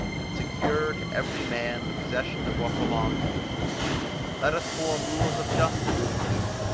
and secure to every man the possession of what belongs to him let us form rules of justice and peace,